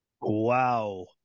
Wow